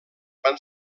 van